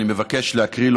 אני מבקש להקריא לו,